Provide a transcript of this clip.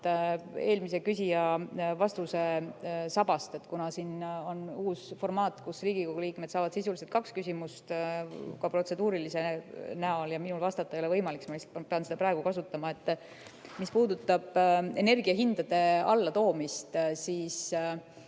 eelmise küsija vastuse sabast. Kuna siin on uus formaat, kus Riigikogu liikmed saavad sisuliselt kaks küsimust ka protseduurilise näol ja minul vastata ei ole võimalik, siis ma lihtsalt pean seda praegu kasutama. Mis puudutab energiahindade alla toomist ja